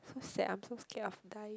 so sad I'm so scared of dying